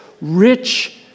rich